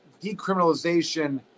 decriminalization